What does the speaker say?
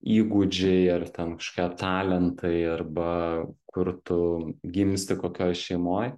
įgūdžiai ar ten kažkokie talentai arba kur tu gimsti kokioj šeimoj